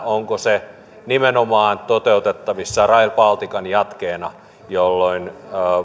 onko se nimenomaan toteutettavissa rail baltican jatkeena jolloin